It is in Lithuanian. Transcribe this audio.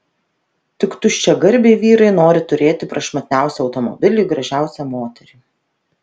tik tuščiagarbiai vyrai nori turėti prašmatniausią automobilį gražiausią moterį